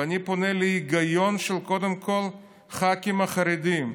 ואני פונה להיגיון של הח"כים החרדים,